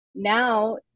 Now